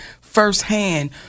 firsthand